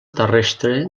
terrestre